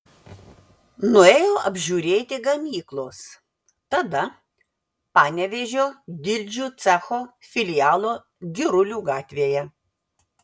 nuėjo apžiūrėti gamyklos tada panevėžio dildžių cecho filialo girulių gatvėje